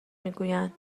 میگویند